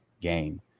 game